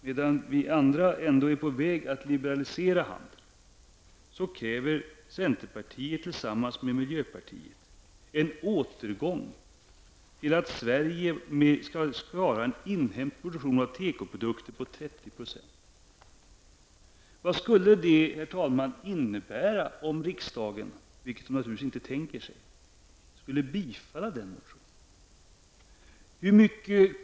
Medan vi andra ändå är på väg att liberlisera handeln kräver centerpartiet tillsammans med miljöpartiet en återgång till att Sverige självt skall svara för en inhemsk tekoproduktion på 30 %. Vad skulle det, herr talman, innebära om riksdagen skulle, vilket naturligtvis inte blir fallet, bifalla den motionen?